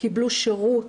קיבלו שירות,